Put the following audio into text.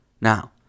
Now